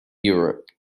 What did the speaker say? europe